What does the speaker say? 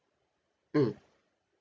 mm